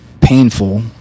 painful